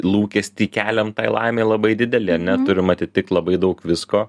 lūkestį keliam tai laimei labai didelį ar ne turim atitikt labai daug visko